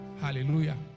hallelujah